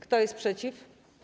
Kto jest przeciw?